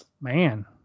man